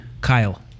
Kyle